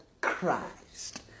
Christ